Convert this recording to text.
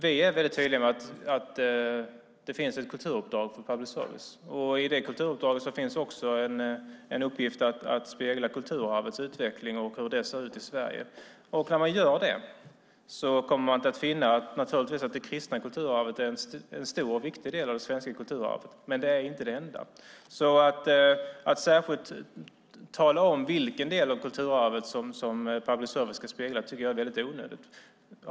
Vi är tydliga med att det finns ett kulturuppdrag för public service-företagen. I det kulturuppdraget finns också en uppgift att spegla kulturarvets utveckling och hur det ser ut i Sverige. Man kommer naturligtvis att finna att det kristna kulturarvet är en stor och viktig del av det svenska kulturarvet - men inte det enda. Att särskilt tala om vilken del av kulturarvet som public service-verksamheten ska spegla tycker jag är onödigt.